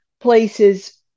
places